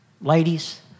ladies